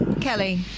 kelly